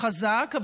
חזק,